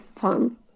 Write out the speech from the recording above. fun